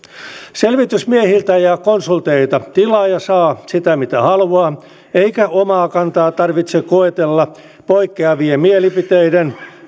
selvitysmiehiltä ja konsulteilta tilaaja saa sitä mitä haluaa eikä omaa kantaansa tarvitse koetella poikkeavien mielipiteiden